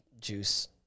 juice